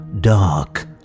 dark